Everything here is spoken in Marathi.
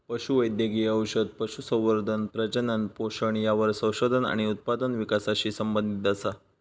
पशु वैद्यकिय औषध, पशुसंवर्धन, प्रजनन, पोषण यावर संशोधन आणि उत्पादन विकासाशी संबंधीत असा